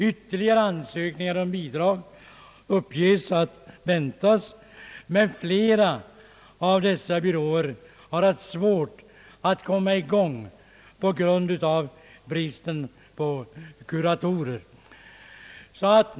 Ytterligare nya ansökningar om bidrag uppges väntas. Men flera av byråerna har haft svårigheter att komma i gång med verksamheten, främst på grund av bristen på kuratorer.